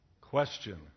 question